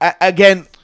again